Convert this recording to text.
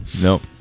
Nope